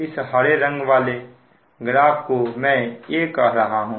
इस हरे रंग वाले ग्राफ को मैं A कह रहा हूं